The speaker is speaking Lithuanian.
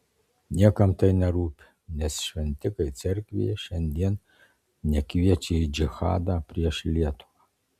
niekam tai nerūpi nes šventikai cerkvėje šiandien nekviečia į džihadą prieš lietuvą